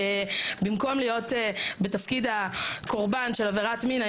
במקום להיות בתפקיד הקורבן של עבירת מין,